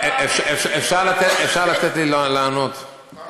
אפשר לתת לי לענות?